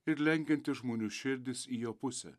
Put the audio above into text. ir lenkiantis žmonių širdis į jo pusę